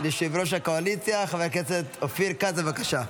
ליושב-ראש הקואליציה, חבר הכנסת אופיר כץ, בבקשה.